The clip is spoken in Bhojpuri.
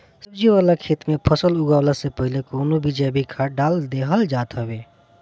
सब्जी वाला खेत में फसल उगवला से पहिले कवनो भी जैविक खाद डाल देहल जात हवे